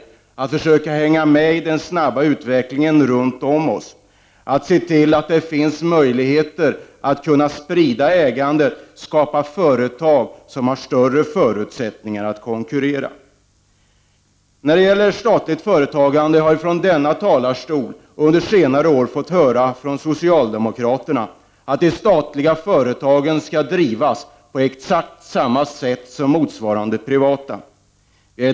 Vi måste försöka hänga med i den snabba utvecklingen runt om oss, se till att det finns möjligheter att sprida ägandet och skapa företag som har större förutsättningar att konkurrera. När det gäller statligt företagande har vi från denna talarstol under senare år från socialdemokraterna fått höra att de statliga företagen skall bedrivas på exakt samma sätt som motsvarande privata.